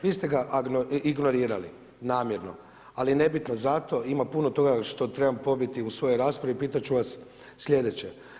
Vi ste ga ignorirali namjerno, ali nebitno zato ima puno toga što trebam pobiti u svojoj raspravi, pitat ću vas sljedeće.